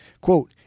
Quote